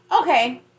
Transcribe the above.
Okay